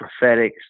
prophetic